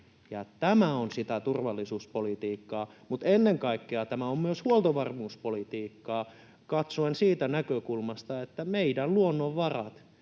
Tämä on sitä turvallisuuspolitiikkaa, mutta ennen kaikkea tämä on myös huoltovarmuuspolitiikkaa, katsoen siitä näkökulmasta, että meidän luonnonvarat,